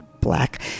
black